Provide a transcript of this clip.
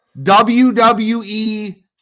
WWE